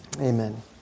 Amen